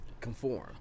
conform